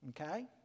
Okay